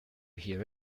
hear